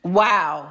wow